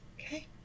Okay